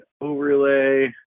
Overlay